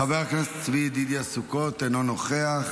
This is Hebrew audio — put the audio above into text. חבר הכנסת צבי ידידיה סוכות, אינו נוכח.